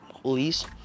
Police